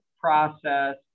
process